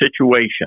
situation